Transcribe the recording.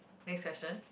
next question